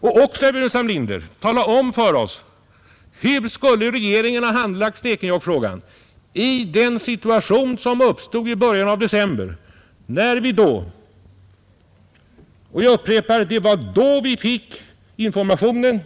Tala också om för oss, herr Burenstam Linder, hur regeringen skulle ha handlagt Stekenjokkfrågan i den situation som uppstod i början av december då vi — jag upprepar det - fick information